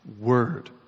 word